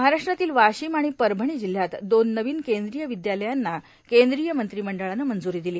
महाराष्ट्रातील वाशिम आणि परभणी जिल्ह्यात दोन नवीन केंद्रीय विद्यालयांना केंद्रीय मंत्रिमंडळानं मंजूरी दिली